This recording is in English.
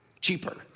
cheaper